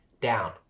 down